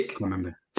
remember